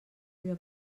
allò